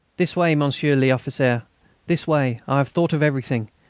this way, monsieur l'officier, this way. i have thought of everything.